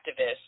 activists